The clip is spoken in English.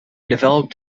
developed